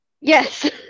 Yes